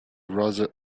rather